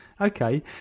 Okay